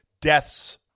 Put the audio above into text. deaths